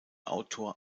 autor